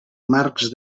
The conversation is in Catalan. marcs